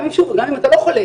גם אם אתה לא חולה,